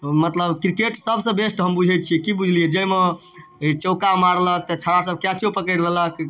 मतलब क्रिकेट सभसँ बेस्ट हम बुझै छियै कि बुझलियै जैमे चौक्का मारलक तऽ छौड़ा सभ कैचो पकड़ि लेलक